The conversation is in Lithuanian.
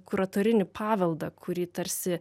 kuratorinį paveldą kurį tarsi